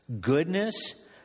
goodness